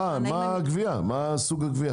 מה סוג הגבייה